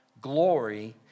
glory